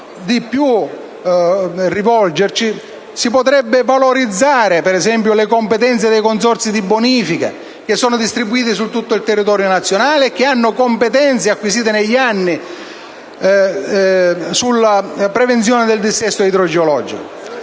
interessarci, si potrebbero valorizzare, per esempio, le competenze dei consorzi di bonifica, che sono distribuiti su tutto il territorio nazionale e che hanno, appunto, competenze acquisite negli anni sulla prevenzione del dissesto idrogeologico.